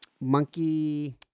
Monkey